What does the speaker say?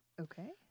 Okay